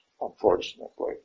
unfortunately